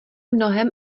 mnohem